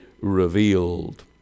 revealed